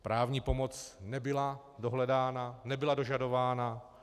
Právní pomoc nebyla dohledána, nebyla dožadována.